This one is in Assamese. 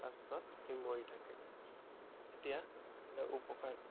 লাষ্টত সি মৰি থাকেগৈ এতিয়া ইয়াৰ উপকাৰ কি